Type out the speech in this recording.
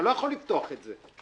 אתה לא יכול לפתוח את זה.